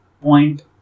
point